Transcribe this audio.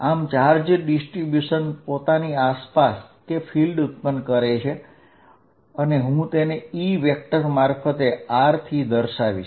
આમ charge distribution પોતાની આસપાસ ક્ષેત્ર ઉત્પન્ન કરે છે અને હું તેને E થી દર્શાવીશ